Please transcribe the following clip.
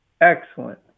excellent